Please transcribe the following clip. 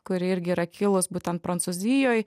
kuri irgi yra kilus būtent prancūzijoj